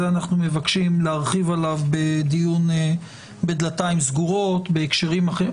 אנחנו מבקשים להרחיב בדיון בדלתיים סגורות בהקשרים אחרים.